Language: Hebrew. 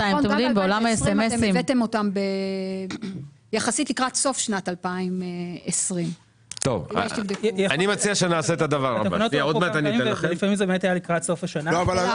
הבאתם אותם יחסית לקראת סוף שנת 2020. זה היה לקראת סוף השנה.